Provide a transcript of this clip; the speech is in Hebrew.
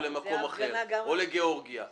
לגאורגיה או לכל מקום אחר.